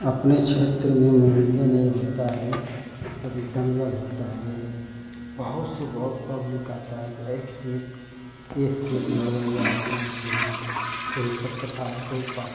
अपने क्षेत्र में मनोरंजन यह होता है कभी दंगल होता है बहुत से बहुत पब्लिक आती है एक से एक एक से एक लड़वाइया आते हैं उसमें कोई पटकता है कोई पाट